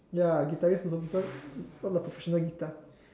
ya guitarist also people own a professional guitar